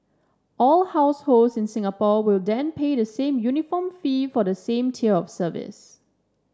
all households in Singapore will then pay the same uniform fee for the same tier of service